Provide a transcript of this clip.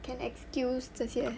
can excuse 这些